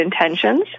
intentions